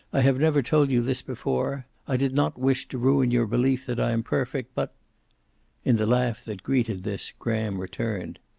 i have never told you this before. i did not wish to ruin your belief that i am perfect. but in the laugh that greeted this graham returned.